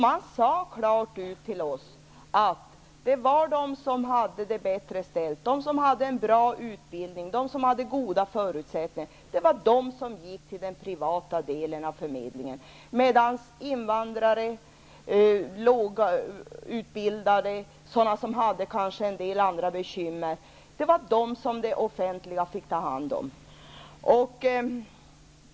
Man sade klart och tydligt till oss att det var de som hade det bättre ställt -- de som hade en bra utbildning och goda förutsättningar -- som vände sig till den privata delen av förmedlingen. Men invandrare, lågutbildade eller personer som kanske hade en del andra bekymmer fick den offentliga delen ta hand om.